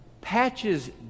patches